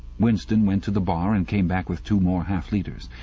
winston went to the bar and came back with two more half-litres.